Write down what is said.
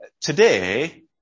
Today